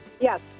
Yes